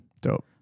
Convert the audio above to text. Dope